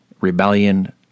rebellion